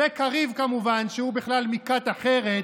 וקריב, כמובן, שהוא בכלל מכת אחרת,